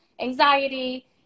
anxiety